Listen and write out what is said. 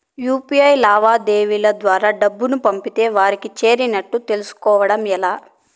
UPI లావాదేవీల ద్వారా డబ్బులు పంపితే వారికి చేరినట్టు తెలుస్కోవడం ఎలా?